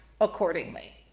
accordingly